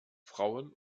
frauen